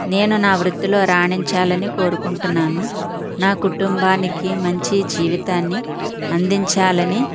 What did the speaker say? నేను నా వృత్తిలో రాణించాలని కోరుకుంటున్నాను నా కుటుంబానికి మంచి జీవితాన్ని అందించాలని